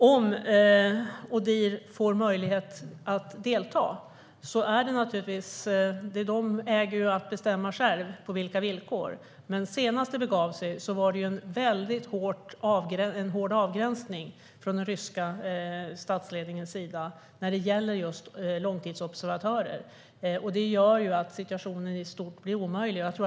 Om Odihr får möjlighet att delta bestämmer man själv på vilka villkor, men senast det begav sig var det en hård avgränsning från den ryska statsledningens sida vad gäller långtidsobservatörer. Det gjorde att situationen blev omöjlig.